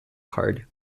card